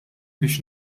biex